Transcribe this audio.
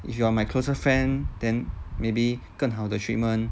if you are my closer friends then maybe 更好的 treatment